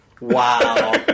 Wow